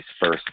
first